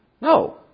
No